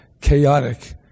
chaotic